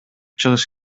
чыгыш